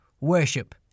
Worship